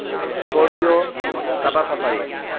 scorpio Tata safari